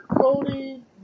Cody